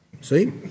See